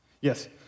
Yes